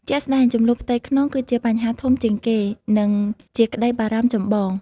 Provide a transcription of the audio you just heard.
ជាក់ស្ដែង ជម្លោះផ្ទៃក្នុង គឺជាបញ្ហាធំជាងគេ និងជាក្តីបារម្ភចម្បង។